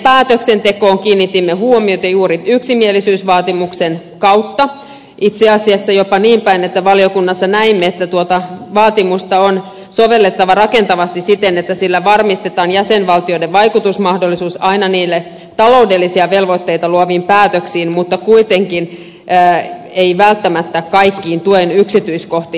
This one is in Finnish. vakausvälineen päätöksentekoon kiinnitimme huomiota juuri yksimielisyysvaatimuksen kautta itse asiassa jopa niinpäin että valiokunnassa näimme että tuota vaatimusta on sovellettava rakentavasti siten että sillä varmistetaan aina jäsenvaltioiden vaikutusmahdollisuus niille taloudellisia velvoitteita luoviin päätöksiin mutta ei kuitenkaan välttämättä kaikkiin tuen yksityiskohtiin